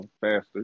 faster